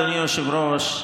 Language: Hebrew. אדוני היושב-ראש,